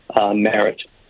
merit